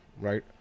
right